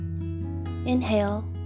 Inhale